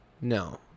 no